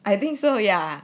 I think so yeah